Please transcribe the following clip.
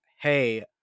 hey